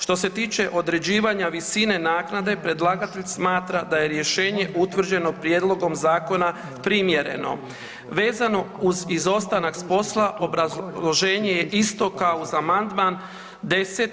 Što se tiče određivanja visine naknade predlagatelj smatra da je rješenje utvrđeno prijedlogom zakona primjereno vezano uz izostanak s posla obrazloženje je isto kao za amandman 10.